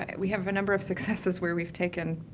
and we have a number of successes where we've taken,